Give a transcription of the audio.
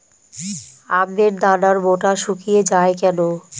আমের দানার বোঁটা শুকিয়ে য়ায় কেন?